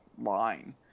line